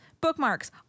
bookmarks